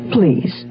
Please